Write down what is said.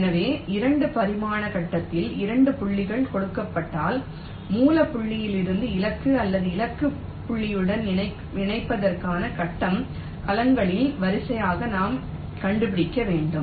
எனவே 2 பரிமாண கட்டத்தில் 2 புள்ளிகள் கொடுக்கப்பட்டால் மூல புள்ளியிலிருந்து இலக்கு அல்லது இலக்கு புள்ளியுடன் இணைப்பதற்கான கட்டம் கலங்களின் வரிசையை நாம் கண்டுபிடிக்க வேண்டும்